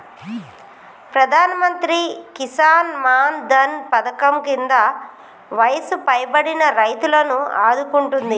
ప్రధానమంత్రి కిసాన్ మాన్ ధన్ పధకం కింద వయసు పైబడిన రైతులను ఆదుకుంటుంది